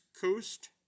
Coast